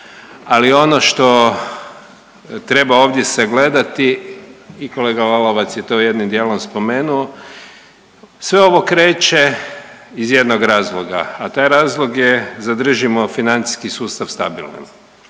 ali ono što treba ovdje sagledati i kolega Lalovac je to jednim dijelom spomenuo, sve ovo kreće iz jednog razloga, a taj razlog je zadržimo financijski sustav stabilnim.